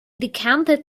decanted